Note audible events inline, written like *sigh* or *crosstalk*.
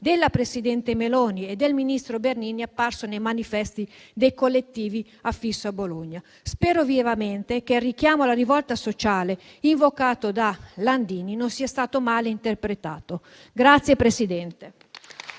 della presidente Meloni e del ministro Bernini apparso nei manifesti dei collettivi affissi a Bologna. Spero vivamente che il richiama alla rivolta sociale invocato da Landini non sia stato male interpretato. *applause*